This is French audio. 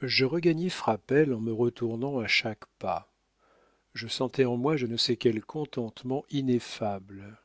je regagnai frapesle en me retournant à chaque pas je sentais en moi je ne sais quel contentement ineffable